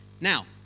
Now